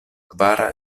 kvara